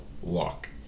walk